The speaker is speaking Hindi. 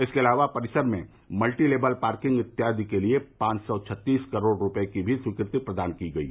इसके अलावा परिसर में मल्टी लेबल पार्किंग इत्यादि कार्य के लिए पांच सौ छत्तीस करोड़ रूपये की भी स्वीकृति प्रदान की गयी